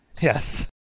Yes